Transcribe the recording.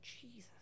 Jesus